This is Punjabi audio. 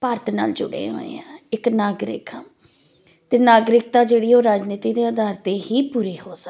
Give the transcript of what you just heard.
ਭਾਰਤ ਨਾਲ ਜੁੜੇ ਹੋਏ ਹਾਂ ਇੱਕ ਨਾਗਰਿਕ ਹਾਂ ਅਤੇ ਨਾਗਰਿਕਤਾ ਜਿਹੜੀ ਉਹ ਰਾਜਨੀਤੀ ਦੇ ਅਧਾਰ 'ਤੇ ਹੀ ਪੂਰੀ ਹੋ ਸਕਦੀ ਹੈ